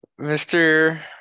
Mr